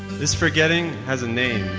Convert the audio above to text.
this forgetting has a name.